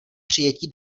přijetí